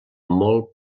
molt